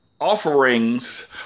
offerings